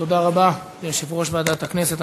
תודה רבה ליושב-ראש ועדת הכנסת.